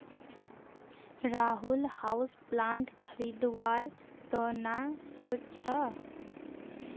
Rahul houseplant खरीदवार त न सो च छ